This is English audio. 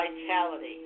vitality